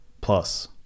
plus